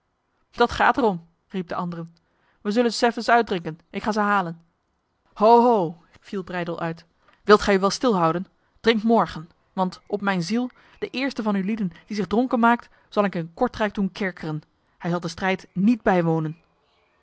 dat gaat erom riep de andere wij zullen ze seffens uitdrinken ik ga ze halen ho ho viel breydel uit wilt gij u wel stil houden drinkt morgen want op mijn ziel de eerste van ulieden die zich dronken maakt zal ik in kortrijk doen kerkeren hij zal de strijd niet bijwonen